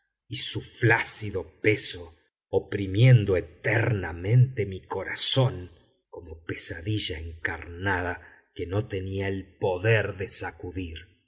y su flácido peso oprimiendo eternamente mi corazón como pesadilla encarnada que no tenía el poder de sacudir